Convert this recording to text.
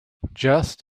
just